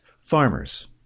farmers